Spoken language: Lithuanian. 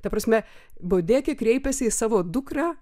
ta prasme bodeke kreipiasi į savo dukrą